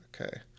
Okay